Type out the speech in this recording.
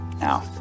Now